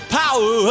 power